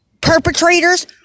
perpetrators